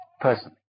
Personally